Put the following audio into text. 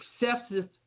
excessive